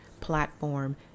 platform